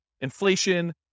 inflation